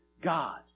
God